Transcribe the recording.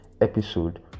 episode